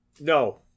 No